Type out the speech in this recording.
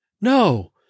No